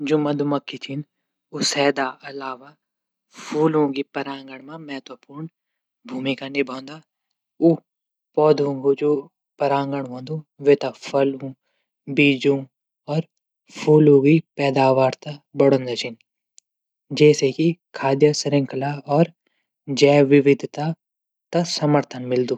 जू मधुमक्खी छन शहद अलावा फूलों प्रांगण मा महत्वपूर्ण भूमिका निभांदा ऊ पौधो जू प्रांगण हूंदू फलो बीजों फूलों पैदावार थै भी बढोंदा छिन। जैसे ही खाद्य श्रृंखला और जैव विविधता तै समर्थन मिलदू